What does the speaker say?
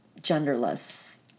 genderless